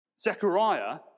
Zechariah